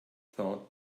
thought